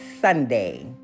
Sunday